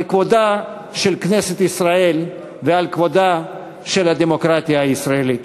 על כבודה של כנסת ישראל ועל כבודה של הדמוקרטיה הישראלית.